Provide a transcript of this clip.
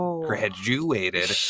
graduated